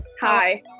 Hi